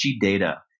data